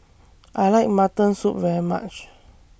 I like Mutton Soup very much